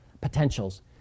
potentials